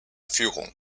führung